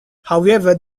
however